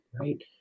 right